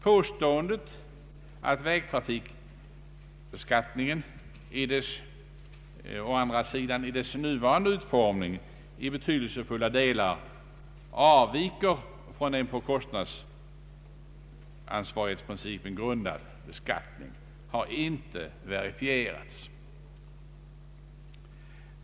Påståendet att vägtrafikbeskattningen å andra sidan i dess nuvarande utformning i betydelsefulla delar avviker från en på kostnadsansvarighetsprincipen grundad beskattning har icke verifierats.